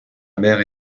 mère